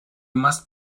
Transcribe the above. must